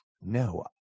No